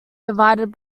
divided